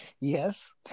Yes